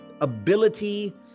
ability